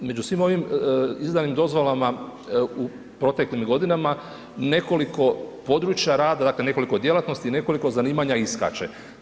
Među svim ovim izdanim dozvolama u proteklim godinama nekoliko područja rada, dakle nekoliko djelatnosti i nekoliko zanimanja iskače.